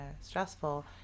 stressful